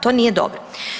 To nije dobro.